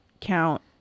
count